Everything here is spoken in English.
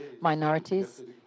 minorities